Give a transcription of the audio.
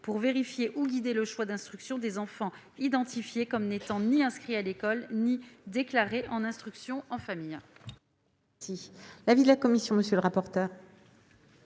pour vérifier ou guider le choix d'instruction des enfants identifiés comme n'étant ni inscrits à l'école ni déclarés en instruction en famille.